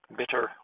bitter